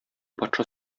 патша